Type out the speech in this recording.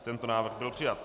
Tento návrh byl přijat.